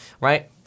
right